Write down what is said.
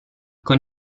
con